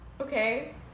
okay